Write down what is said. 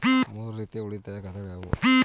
ಮೂರು ರೀತಿಯ ಉಳಿತಾಯ ಖಾತೆಗಳು ಯಾವುವು?